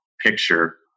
picture